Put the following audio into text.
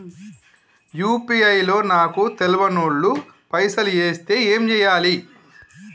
UPI లో నాకు తెల్వనోళ్లు పైసల్ ఎస్తే ఏం చేయాలి?